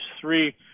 three